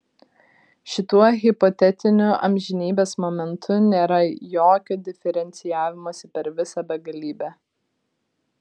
šituo hipotetiniu amžinybės momentu nėra jokio diferencijavimosi per visą begalybę